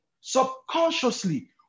subconsciously